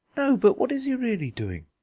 no, but what is he really doing?